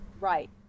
Right